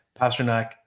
Pasternak